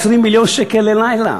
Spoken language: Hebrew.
20 מיליון שקל ללילה.